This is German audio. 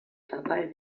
dabei